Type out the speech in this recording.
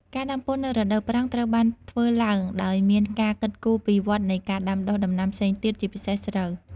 ការដាំពោតនៅរដូវប្រាំងត្រូវបានធ្វើឡើងដោយមានការគិតគូរពីវដ្ដនៃការដាំដុះដំណាំផ្សេងទៀត ជាពិសេសស្រូវ។